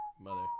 mother